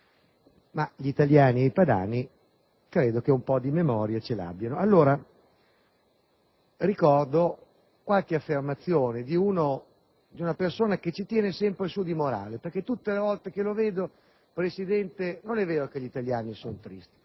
che gli italiani e i padani un po' di memoria ce l'abbiano. Ebbene, ricordo qualche affermazione di una persona che ci tiene sempre su di morale, perché tutte le volte che lo vedo penso, signor Presidente, che non è vero che gli italiani sono tristi: